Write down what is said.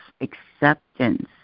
acceptance